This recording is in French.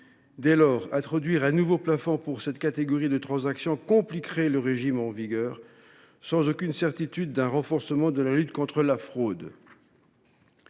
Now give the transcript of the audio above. Dès lors, introduire un nouveau plafond pour cette catégorie de transactions compliquerait le régime en vigueur, sans aucune certitude de renforcer la lutte contre la fraude.